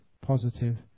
positive